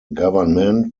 government